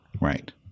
Right